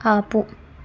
ఆపు